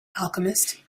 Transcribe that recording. alchemist